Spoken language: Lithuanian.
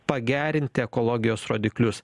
pagerinti ekologijos rodiklius